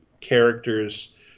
characters